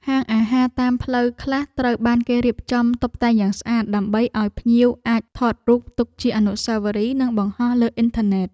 ហាងអាហារតាមផ្លូវខ្លះត្រូវបានគេរៀបចំតុបតែងយ៉ាងស្អាត ដើម្បីឱ្យភ្ញៀវអាចថតរូបទុកជាអនុស្សាវរីយ៍និងបង្ហោះលើអ៊ីនធឺណិត។